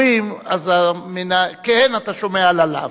כשאומרים, אז מכן אתה שומע על הלאו,